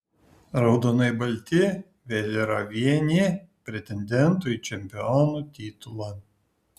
raudonai balti vėl yra vieni pretendentų į čempionų titulą